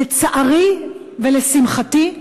לצערי ולשמחתי,